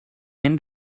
end